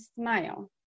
smile